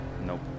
Nope